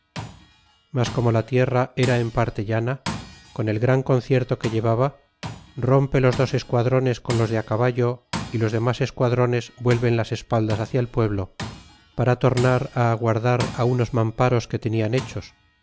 mas como la tierra era en parte llana con el gran concierto que llevaba rompe los dos esquadrones con los de caballo y los demas esquadrones vuelven las espaldas hacia el pueblo para tornar aguardar unos mamparos que tenian hechos